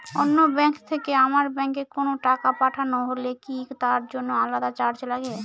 অন্য ব্যাংক থেকে আমার ব্যাংকে কোনো টাকা পাঠানো হলে কি তার জন্য আলাদা চার্জ লাগে?